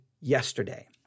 yesterday